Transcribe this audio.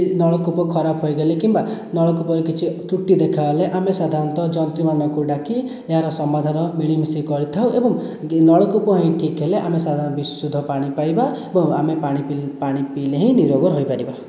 ନଳକୂପ ଖରାପ ହୋଇଗଲେ କିମ୍ବା ନଳକୂପରେ କିଛି ତ୍ରୁଟି ଦେଖାଗଲେ ଆମେ ସାଧରଣତଃ ଯନ୍ତ୍ରୀ ମାନଙ୍କୁ ଡାକି ଏହାର ସମାଧାନ ମିଳିମିଶି କରିଥାଉ ଏବଂ ନଳକୂପ ଠିକ ହେଲେ ଆମେ ସାଧରଣତଃ ବିଶୁଦ୍ଧ ପାଣି ପାଇବା ଏବଂ ଆମେ ପାଣି ପିଇ ପାଣି ପିଇଲେ ହିଁ ନିରୋଗ ରହିପାରିବା